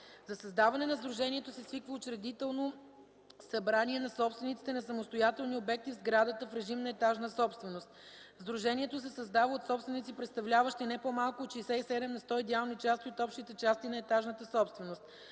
За създаване на сдружението се свиква учредително събрание на собствениците на самостоятелни обекти в сградата в режим на етажна собственост. Сдружението се създава от собственици, представляващи не по-малко от 67 на сто идеални части от общите части на етажната собственост.